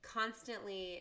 constantly –